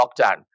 lockdown